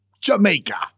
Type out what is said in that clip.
Jamaica